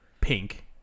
pink